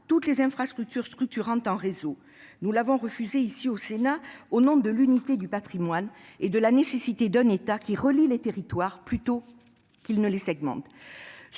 toutes les infrastructures qui s'articulent en réseau. Le Sénat l'a refusé au nom de l'unité du patrimoine et de la nécessité d'un État qui relie les territoires, plutôt qu'il ne les segmente.